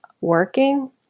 working